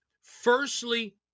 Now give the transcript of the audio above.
Firstly